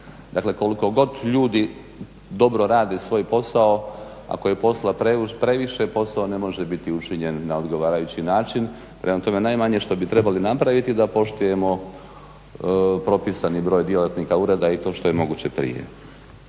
Dakle, koliko god ljudi dobro rade svoj posao ako je posla previše posao ne može biti učinjen na odgovarajući način. Prema tome, najmanje što bi trebali napraviti je da poštujemo propisani broj djelatnika Ureda i to što je moguće prije.